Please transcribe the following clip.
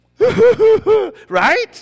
right